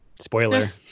Spoiler